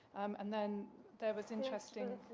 um and then there was interesting